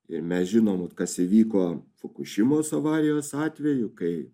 ir mes žinom vat kas įvyko fukušimos avarijos atveju kai